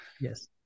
Yes